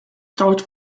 start